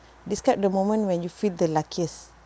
describe the moment when you feel the luckiest